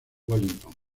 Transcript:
wellington